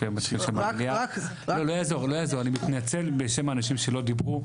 לא יעזור, אני מתנצל בשם האנשים שלא דיברו.